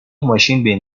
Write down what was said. ماشین